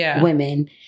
women